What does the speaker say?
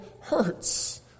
hurts